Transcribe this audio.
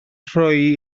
rhoi